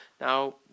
Now